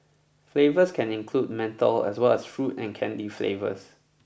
flavours can include menthol as well as fruit and candy flavours